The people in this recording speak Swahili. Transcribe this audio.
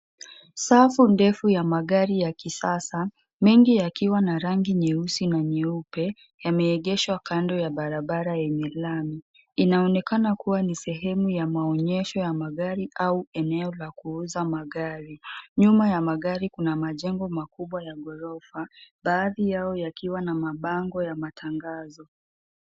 Safu ndefu ya magari ya kisasa mengi yakiwa na rangi nyeusi na nyeupe yameegheshwa kando ya barabara yenye lami inaonekana kuwa ni sehemu ya maonyesho ya magari au eneo la kuuza magari nyuma ya magari kuna majengo makubwa ya gorofa baadhi yao yakiwa na mabango ya matangazo.